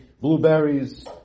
Blueberries